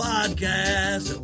Podcast